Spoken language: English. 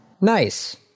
Nice